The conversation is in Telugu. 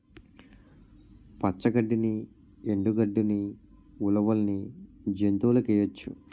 పచ్చ గడ్డిని ఎండు గడ్డని ఉలవల్ని జంతువులకేయొచ్చు